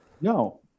No